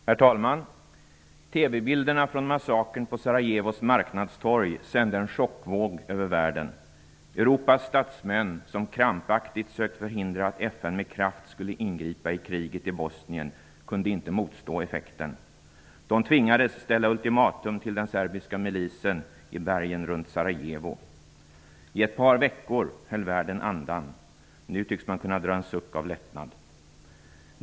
Herr talman! TV-bilderna från massakern på Sarajevos marknadstorg sände en chockvåg över världen. Europas statsmän, som krampaktigt sökt förhindra att FN med kraft skulle ingripa i kriget i Bosnien, kunde inte motstå effekten. De tvingades ställa ultimatum till den serbiska milisen i bergen runt Sarajevo. I ett par veckor höll världen andan. Nu tycks man kunna dra en suck av lättnad.